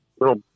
little